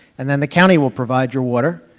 and then the county will provide your water.